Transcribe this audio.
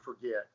forget